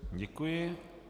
Děkuji.